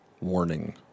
warning